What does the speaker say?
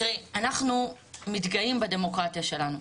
תראי, אנחנו מתגאים בדמוקרטיה שלנו.